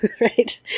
right